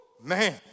Man